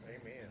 Amen